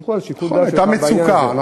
סמכו על שיקול הדעת שלך בעניין הזה.